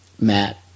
Matt